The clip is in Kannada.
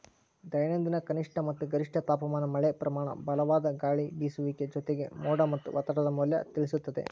ದೈನಂದಿನ ಕನಿಷ್ಠ ಮತ್ತ ಗರಿಷ್ಠ ತಾಪಮಾನ ಮಳೆಪ್ರಮಾನ ಬಲವಾದ ಗಾಳಿಬೇಸುವಿಕೆ ಜೊತೆಗೆ ಮೋಡ ಮತ್ತ ಒತ್ತಡದ ಮೌಲ್ಯ ತಿಳಿಸುತ್ತದೆ